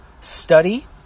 study